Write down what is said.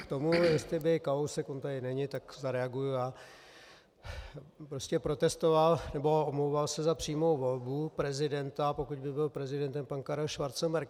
K tomu, jestli by Kalousek on tady není, tak zareaguji já prostě protestoval nebo se omlouval za přímou volbu prezidenta, pokud by byl prezidentem pan Karel Schwarzenberg.